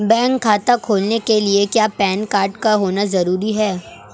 Bank खाता खोलने के लिए क्या पैन कार्ड का होना ज़रूरी है?